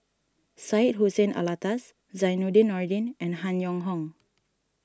Syed Hussein Alatas Zainudin Nordin and Han Yong Hong